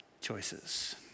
choices